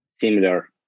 similar